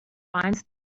binds